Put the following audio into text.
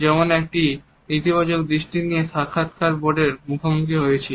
যেমন আপনি একটি ইতিবাচক দৃষ্টি নিয়ে সাক্ষাৎকার বোর্ডের মুখোমুখি হয়েছিল